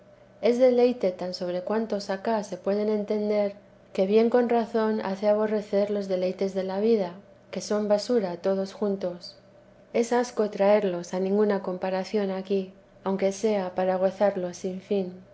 es deleite tan sobre cuantos acá se pueden entender que bien con razón hace aborrecer los deleites de la vida que son basura todos juntos es asco traerlos a ninguna comparación aquí aunque sea para gozarlos sin fin